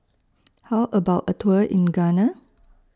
How about A Tour in Ghana